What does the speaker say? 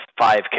5K